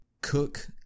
Cook